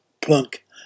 plunk